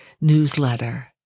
newsletter